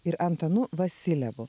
ir antanu vasiljevu